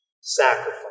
sacrifice